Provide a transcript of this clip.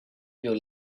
your